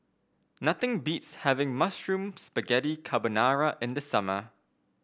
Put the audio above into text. nothing beats having Mushroom Spaghetti Carbonara in the summer